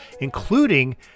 including